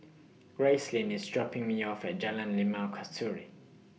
Gracelyn IS dropping Me off At Jalan Limau Kasturi